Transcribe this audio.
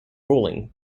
ruling